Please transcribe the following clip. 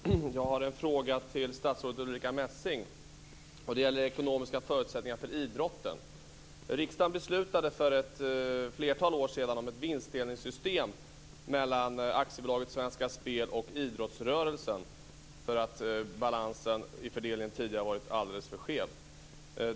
Fru talman! Jag har en fråga till statsrådet Ulrica Messing. Det gäller de ekonomiska förutsättningarna för idrotten. Riksdagen beslutade för ett flertal år sedan om ett vinstdelningssystem mellan AB Svenska Spel och idrottsrörelsen eftersom balansen i fördelningen tidigare varit alldeles för skev.